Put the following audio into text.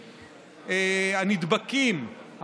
הנדבקים,